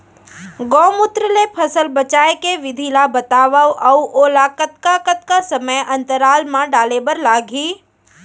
गौमूत्र ले फसल बचाए के विधि ला बतावव अऊ ओला कतका कतका समय अंतराल मा डाले बर लागही?